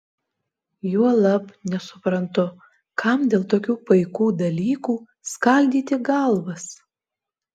juolab nesuprantu kam dėl tokių paikų dalykų skaldyti galvas